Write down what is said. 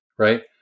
right